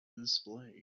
display